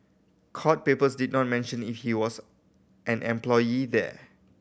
court papers did not mention if he was an employee there